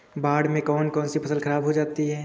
बाढ़ से कौन कौन सी फसल खराब हो जाती है?